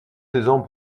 saisons